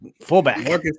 Fullback